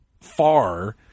far